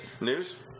News